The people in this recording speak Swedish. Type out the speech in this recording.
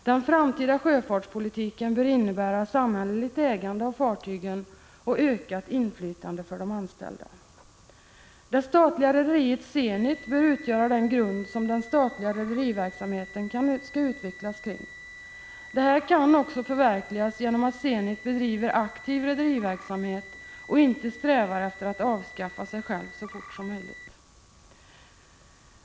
Den framtida sjöfartspolitiken bör innebära samhälleligt ägande av fartygen och ökat inflytande för de anställda. Det statliga rederiet Zenit bör utgöra den grund som den statliga rederiverksamheten skall utvecklas kring. Detta kan också förverkligas genom att Zenit bedriver aktiv rederiverksamhet och inte strävar efter att så fort som möjligt avskaffa sig självt.